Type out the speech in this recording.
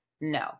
No